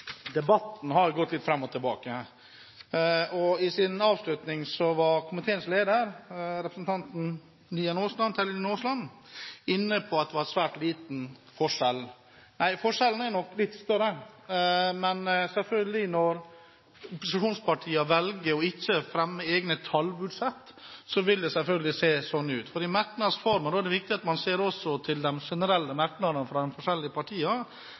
Debatten har gått litt fram og tilbake. I sin avslutning var komiteens leder, representanten Terje Aasland, inne på at det er svært liten forskjell. Nei, forskjellene er nok større. Men når opposisjonspartiene velger ikke å fremme egne tallbudsjett, vil det selvfølgelig se sånn ut, for i merknads form – og da er det viktig at man også ser til de generelle merknadene fra de forskjellige